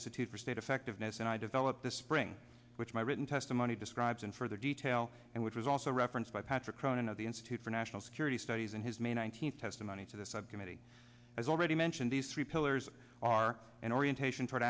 institute for state effectiveness and i developed this spring which my written testimony describes in further detail and which was also referenced by patrick cronin of the institute for national security studies and his may nineteenth testimony to the subcommittee as already mentioned these three pillars are an orientation